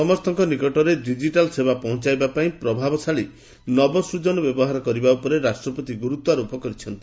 ସମସ୍ତଙ୍କ ନିକଟରେ ଡିଜିଟାଲ୍ ସେବା ପହଞ୍ଚାଇବା ପାଇଁ ପ୍ରଭାବଶାଳୀ ନବସ୍କଜନ ବ୍ୟବହାର କରିବା ଉପରେ ରାଷ୍ଟ୍ରପତି ଗୁରୁତ୍ୱାରୋପ କରିଚ୍ଛନ୍ତି